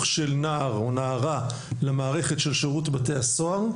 של נער או נערה למערכת של שירות בתי הסוהר,